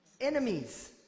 enemies